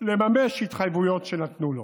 לממש התחייבויות שנתנו לו.